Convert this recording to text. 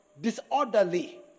disorderly